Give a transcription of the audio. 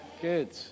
good